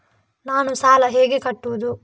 ನಾನು ಸಾಲ ಹೇಗೆ ಕಟ್ಟುವುದು?